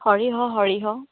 সৰিয়হ সৰিয়হ